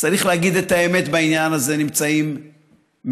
צריך להגיד את האמת בעניין הזה, נמצאים מאחור.